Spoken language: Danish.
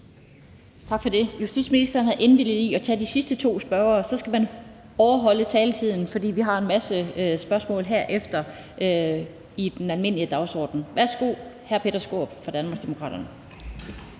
Tak for det. Justitsministeren har indvilget i at tage de sidste to spørgere. Så skal man overholde taletiden, for vi har en masse spørgsmål herefter på den almindelige dagsorden. Værsgo. Hr. Peter Skaarup fra Danmarksdemokraterne.